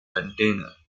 container